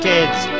Kids